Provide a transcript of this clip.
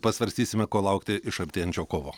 pasvarstysime ko laukti iš artėjančio kovo